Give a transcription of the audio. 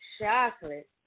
Chocolate